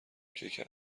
کیک